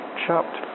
chopped